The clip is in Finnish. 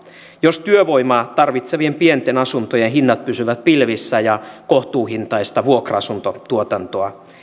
jos työvoimaa tarvitsevien pienten asuntojen hinnat pysyvät pilvissä ja kohtuuhintaista vuokra asuntotuotantoa